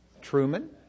Truman